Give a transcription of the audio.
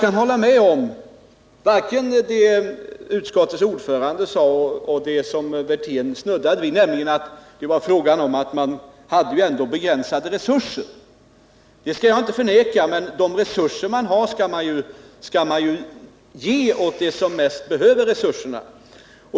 Utskottets ordförande sade och herr Wirtén snuddade vid att resurserna ändå är begränsade. Det skall jag inte förneka, men de resurser man har skall man ge åt dem som bäst behöver resurserna.